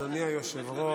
אדוני היושב-ראש.